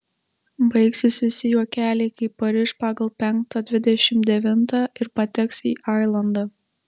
baigsis visi juokeliai kai pariš pagal penktą dvidešimt devintą ir pateks į ailandą